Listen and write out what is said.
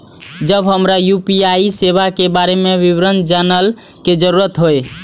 जब हमरा यू.पी.आई सेवा के बारे में विवरण जानय के जरुरत होय?